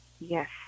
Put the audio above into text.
Yes